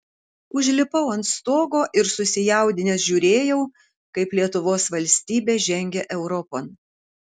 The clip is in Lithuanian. užlipau ant stogo ir susijaudinęs žiūrėjau kaip lietuvos valstybė žengia europon